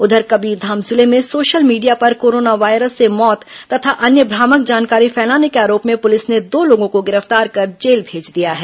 उधर कबीरधाम जिले में सोशल मीडिया पर कोरोना वायरस से मौत तथा अन्य भ्रामक जानकारी फैलाने के आरोप में पुलिस ने दो लोगों को गिरफ्तार कर जेल भेज दिया है